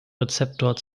rezeptor